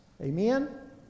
Amen